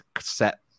set